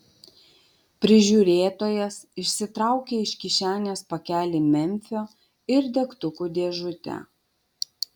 prižiūrėtojas išsitraukė iš kišenės pakelį memfio ir degtukų dėžutę